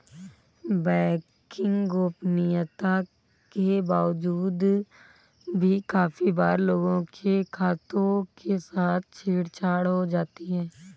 banking गोपनीयता के बावजूद भी काफी बार लोगों के खातों के साथ छेड़ छाड़ हो जाती है